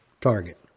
target